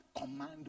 command